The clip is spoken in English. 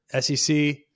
SEC